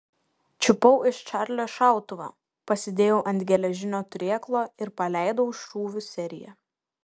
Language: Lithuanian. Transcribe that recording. čiupau iš čarlio šautuvą pasidėjau ant geležinio turėklo ir paleidau šūvių seriją